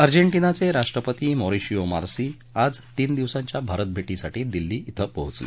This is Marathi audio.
अर्जेंटिनाचे राष्ट्रपती मॉरिशिओ मार्सी आज तीन दिवसांच्या भारत भेटीसाठी दिल्ली क्वें पोहचले